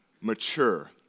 mature